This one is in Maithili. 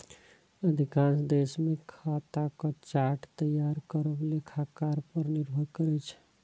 अधिकांश देश मे खाताक चार्ट तैयार करब लेखाकार पर निर्भर करै छै